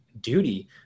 duty